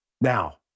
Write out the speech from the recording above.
Now